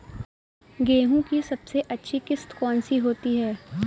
गेहूँ की सबसे अच्छी किश्त कौन सी होती है?